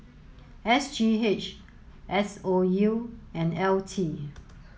S G H S O U and L T